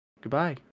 goodbye